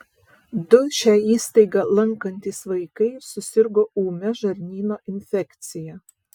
du šią įstaigą lankantys vaikai susirgo ūmia žarnyno infekcija